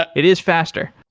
but it is faster.